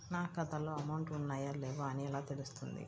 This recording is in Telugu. నా ఖాతాలో అమౌంట్ ఉన్నాయా లేవా అని ఎలా తెలుస్తుంది?